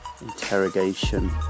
interrogation